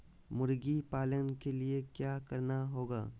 मुर्गी पालन के लिए क्या करना होगा?